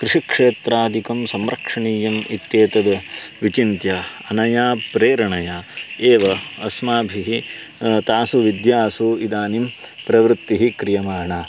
कृषिक्षेत्रादिकं संरक्षणीयम् इत्येतद् विचिन्त्य अनया प्रेरणया एव अस्माभिः तासु विद्यासु इदानीं प्रवृत्तिः क्रियमाणा